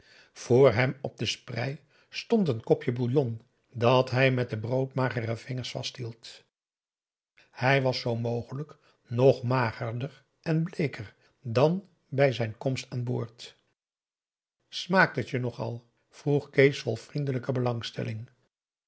vr hem op de sprei stond een kopje bouillon dat hij met de broodmagere vingers vasthield hij was zoo mogelijk nog magerder en bleeker dan bij zijn komst aan boord smaakt het je nogal vroeg kees vol vriendelijke belangstelling